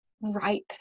ripe